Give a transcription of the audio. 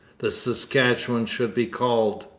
the saskatchewan should be called.